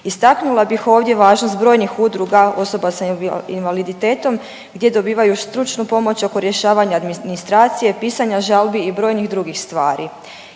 Istaknula bih ovdje važnost brojnih udruga osoba sa invaliditetom gdje dobivaju stručnu pomoć oko rješavanja administracije, pisanja žalbi i brojnih drugih stvari.